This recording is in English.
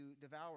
devour